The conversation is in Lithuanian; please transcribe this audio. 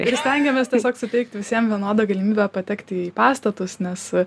ir stengiamės tiesiog suteikti visiem vienodą galimybę patekti į pastatus nes